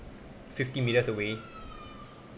fifteen metres away